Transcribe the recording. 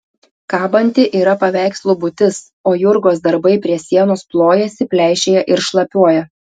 kabanti yra paveikslų būtis o jurgos darbai prie sienos plojasi pleišėja ir šlapiuoja